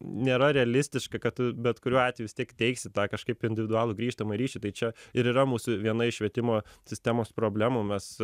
nėra realistiška kad tu bet kuriuo atveju vis tiek teiksi tą kažkaip individualų grįžtamą ryšį tai čia ir yra mūsų viena iš švietimo sistemos problemų mes